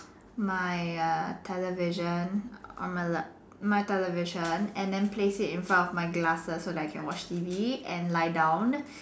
my err television on my life my television so that I can place it in front of my glasses so that I can watch T V and lie down